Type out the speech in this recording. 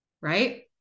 right